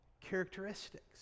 characteristics